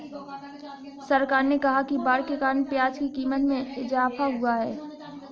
सरकार ने कहा कि बाढ़ के कारण प्याज़ की क़ीमत में इजाफ़ा हुआ है